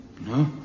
No